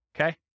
Okay